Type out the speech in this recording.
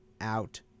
out